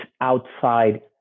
outside